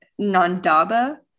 Nandaba